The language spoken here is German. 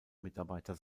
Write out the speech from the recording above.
mitarbeiter